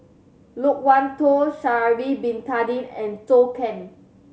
Loke Wan Tho Sha'ari Bin Tadin and Zhou Can